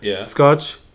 Scotch